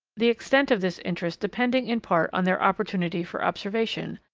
the extent of this interest depending in part on their opportunity for observation,